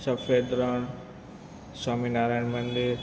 સફેદ રણ સ્વામિનારાયણ મંદિર